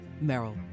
Merrill